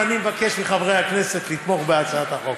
אם כן, אני מבקש מחברי הכנסת לתמוך בהצעת החוק.